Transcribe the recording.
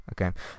Okay